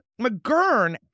McGurn